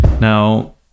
Now